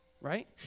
right